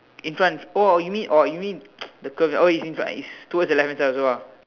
in front oh you mean oh you mean the curls oh it's in front it's towards the left hand side also ah